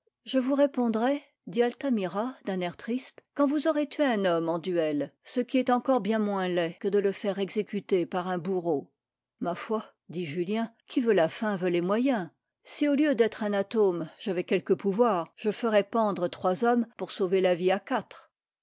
je vous répondrai dit altamira d'un air triste quand vous aurez tué un homme en duel ce qui encore est bien moins laid que de le faire exécuter par un bourreau ma foi dit julien qui veut la fin veut les moyens si au lieu d'être un atome j'avais quelque pouvoir je ferais pendre trois hommes pour sauver la vie à quatre